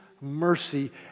mercy